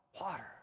Water